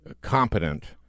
competent